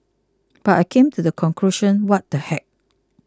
but I came to the conclusion what the heck